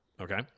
okay